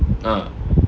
ah